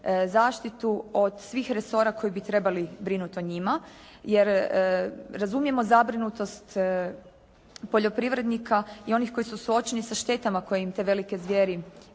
zaštitu od svih resora koji bi trebali brinuti o njima. Jer razumijemo zabrinutost poljoprivrednika i onih koji su suočeni sa štetama koje im te velike zvijeri